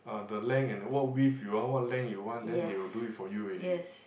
the length and what width you want what length you want then they will do it for you already